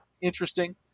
interesting